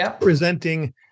presenting